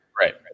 right